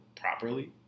properly